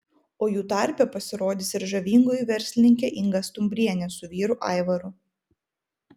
o jų tarpe pasirodys ir žavingoji verslininkė inga stumbrienė su vyru aivaru